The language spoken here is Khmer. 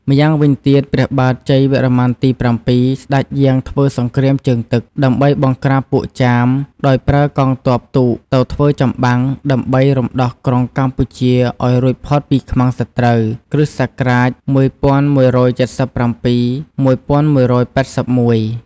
ម៉្យាវិញទៀតព្រះបាទជ័យវរ្ម័នទី៧ ស្តេចយាងធ្វើសង្គ្រាមជើងទឹក ដើម្បីបង្ក្រាបពួកចាម ដោយប្រើកងទ័ពទូកទៅធ្វើចម្បាំងដើម្បីរំដោះក្រុងកម្ពុជាឱ្យរួចផុតពីខ្មាំងសត្រូវ (គ.ស ១១៧៧-១១៨១) ។